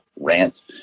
rant